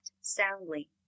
soundly